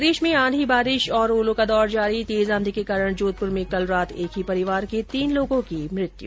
प्रदेश में आंधी बारिश और ओलों का दौर जारी तेज आंधी के कारण जोधपुर में कल रात एक ही परिवार के तीन लोगों की मृत्यु